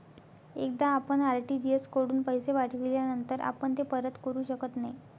एकदा आपण आर.टी.जी.एस कडून पैसे पाठविल्यानंतर आपण ते परत करू शकत नाही